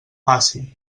passi